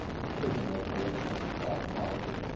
decision maker when it came to foreign policy.